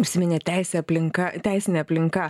užsiminėt teisė aplinka teisinė aplinka